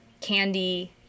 candy